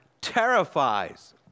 terrifies